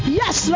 yes